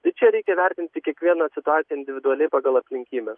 tai čia reikia vertinti kiekvieną situaciją individualiai pagal aplinkybes